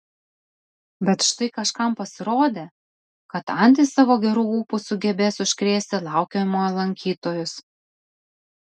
bet štai kažkam pasirodė kad antys savo geru ūpu sugebės užkrėsti laukiamojo lankytojus